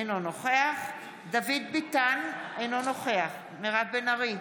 אינו נוכח דוד ביטן, אינו נוכח מירב בן ארי,